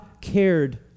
cared